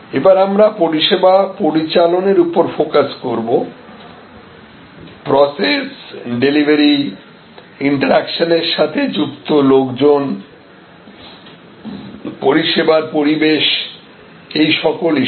এবার আমরা পরিষেবা পরিচালন এর উপর ফোকাস করব প্রসেস ডেলিভারি ইন্টারেকশন এর সাথে যুক্ত লোকজন পরিষেবার পরিবেশ এই সকল ইস্যু